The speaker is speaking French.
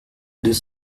deux